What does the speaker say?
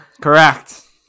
Correct